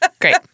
Great